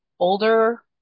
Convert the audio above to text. older